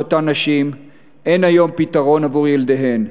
לאותן נשים אין היום פתרון עבור ילדיהן,